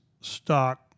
stock